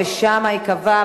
חוק ומשפט.